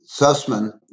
Sussman